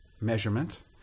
measurement